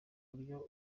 buryo